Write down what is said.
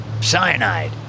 Cyanide